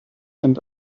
and